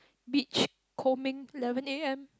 beach combing eleven A_M